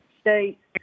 states